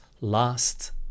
last